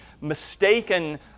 mistaken